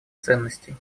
ценностей